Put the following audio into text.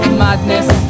madness